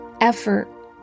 effort